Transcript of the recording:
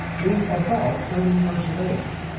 being about thirty years of age,